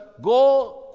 go